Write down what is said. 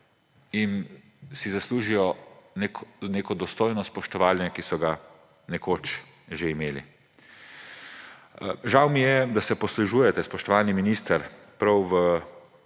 si zaslužijo neko dostojno spoštovanje, ki so ga nekoč že imeli. Žal mi je, da se poslužujete, spoštovani minister, prav v